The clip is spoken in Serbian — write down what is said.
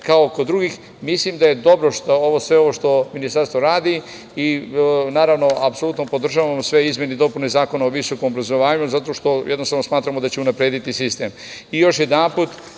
kao kod drugih. Mislim da je dobro sve ovo što Ministarstvo radi. Naravno, apsolutno podržavamo sve izmene i dopune Zakona o visokom obrazovanju, zato što jednostavno smatramo da ćemo unaprediti sistem. Još